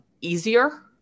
easier